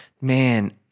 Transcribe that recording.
man